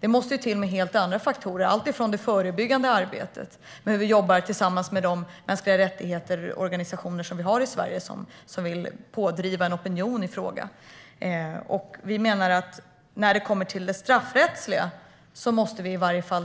Det måste till helt andra faktorer - alltifrån det förebyggande arbetet med hur vi jobbar tillsammans med de organisationer för mänskliga rättigheter som vi har i Sverige och som vill driva en opinion i frågan. Vi menar att när det kommer till det straffrättsliga måste det